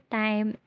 time